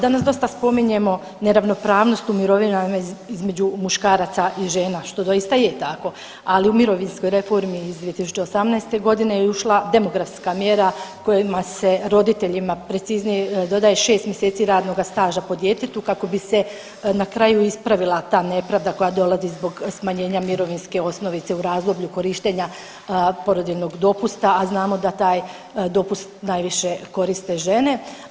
Danas dosta spominjemo neravnopravnost u mirovinama između muškaraca i žena što doista je tako, ali u mirovinskoj reformi iz 2018. godine je ušla demografska mjera kojima se roditeljima preciznije dodaje šest mjeseci radnoga staža po djetetu kako bi se na kraju ispravila ta nepravda koja dolazi zbog smanjenja mirovinske osnovice u razdoblju korištenja porodiljnog dopusta, a znamo da taj dopust najviše koriste žene.